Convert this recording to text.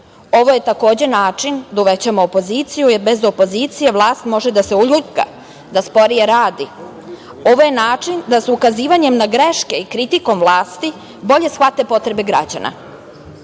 ovo je takođe način da uvećamo opoziciju, jer bez opozicije vlast može da se uljuljka, da sporije radi. Ovo je način da sa ukazivanjem na greške, kritikom vlasti, bolje shvate potrebe građana. Srpska